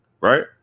right